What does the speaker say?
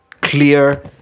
clear